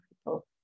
people